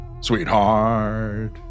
Sweetheart